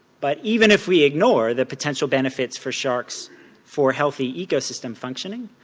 but even if we ignore the potential benefits for sharks for healthy eco-system functioning,